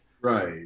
Right